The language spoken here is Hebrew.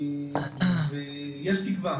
ויש תקווה.